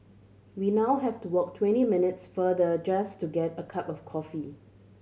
we now have to walk twenty minutes farther just to get a cup of coffee